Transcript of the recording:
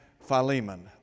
Philemon